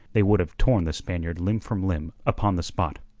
they would have torn the spaniard limb from limb upon the spot.